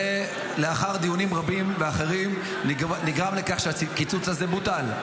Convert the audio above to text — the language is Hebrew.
ולאחר דיונים רבים ואחרים זה גרם לכך שהקיצוץ הזה בוטל.